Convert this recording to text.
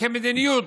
אבל כמדיניות,